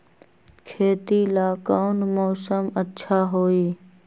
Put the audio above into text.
खेती ला कौन मौसम अच्छा होई?